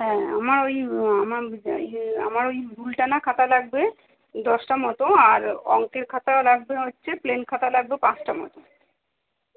হ্যাঁ আমার ওই আমার ওই যে আমার ওই রুল টানা খাতা লাগবে দশটা মতো আর অঙ্কের খাতাও লাগবে হচ্ছে প্লেন খাতা লাগবে পাঁচটা মতো